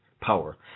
power